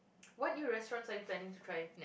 what new restaurant are you planing to try